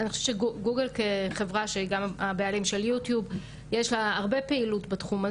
אגב תשעים וחמישה אחוז מהתוכן מזוהה על ידי מכונה,